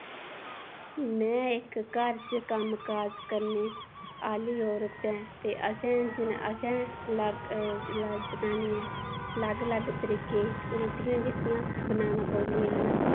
में इक घर च कम्म काज करने आह्ली औरत ऐं ते असें असें जनानियें लग्ग लग्ग तरीके रुट्टियां जेह्कियां बनाना पौंदियां न